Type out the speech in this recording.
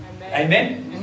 Amen